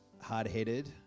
hard-headed